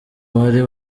wari